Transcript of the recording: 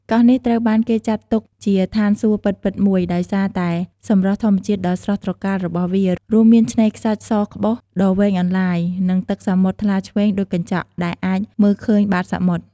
កោះនេះត្រូវបានគេចាត់ទុកជាឋានសួគ៌ពិតៗមួយ ដោយសារតែសម្រស់ធម្មជាតិដ៏ស្រស់ត្រកាលរបស់វា រួមមានឆ្នេរខ្សាច់សក្បុសដ៏វែងអន្លាយ និងទឹកសមុទ្រថ្លាឈ្វេងដូចកញ្ចក់ ដែលអាចមើលឃើញបាតសមុទ្រ។